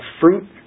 fruit